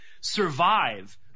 survive